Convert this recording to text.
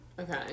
Okay